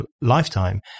lifetime